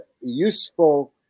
useful